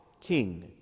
king